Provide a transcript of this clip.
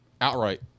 outright